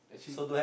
actually